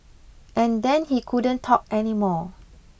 and then he couldn't talk anymore